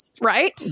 right